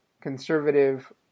conservative